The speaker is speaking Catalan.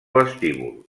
vestíbul